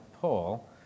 Paul